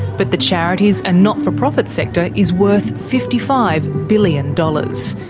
but the charities and not-for-profit sector is worth fifty five billion dollars.